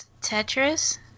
Tetris